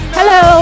Hello